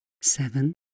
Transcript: Seven